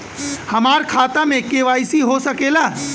हमार खाता में के.वाइ.सी हो सकेला?